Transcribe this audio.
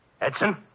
Edson